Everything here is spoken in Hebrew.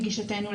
לגישתנו,